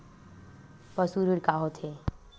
पशु ऋण का होथे?